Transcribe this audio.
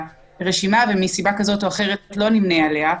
ברשימה ומסיבה זו או אחרת לא נמנה עליה,